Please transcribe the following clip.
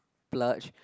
splurge